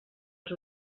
els